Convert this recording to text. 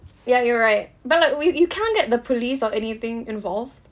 ya you're right but like we you can't get the police or anything involved